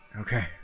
Okay